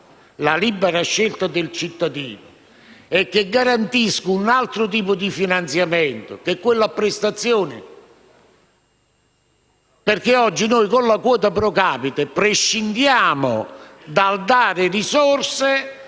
la libera scelta del cittadino